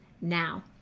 now